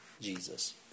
Jesus